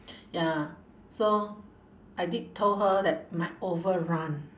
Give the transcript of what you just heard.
ya so I did told her that might overrun